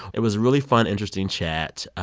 it was a really fun, interesting chat.